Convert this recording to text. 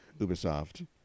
Ubisoft